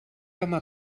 home